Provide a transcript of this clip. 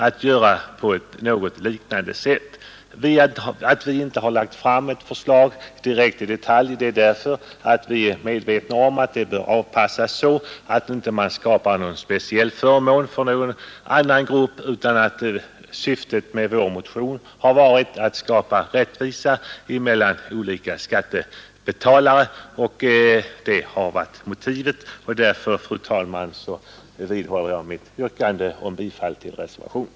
Att vi inte har lagt fram ett förslag i detalj beror på att vi är medvetna om att det bör avpassas så att man inte skapar speciella förmåner för någon grupp. Syftet med vår motion har varit och är att skapa rättvisa mellan olika skattebetalare. Därför, fru talman, vidhåller jag mitt yrkande om bifall till reservationen.